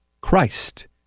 Christ